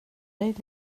dig